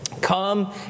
Come